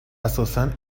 اساسا